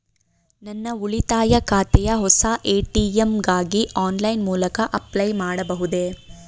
ನನ್ನ ಉಳಿತಾಯ ಖಾತೆಯ ಹೊಸ ಎ.ಟಿ.ಎಂ ಗಾಗಿ ಆನ್ಲೈನ್ ಮೂಲಕ ಅಪ್ಲೈ ಮಾಡಬಹುದೇ?